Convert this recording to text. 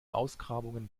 ausgrabungen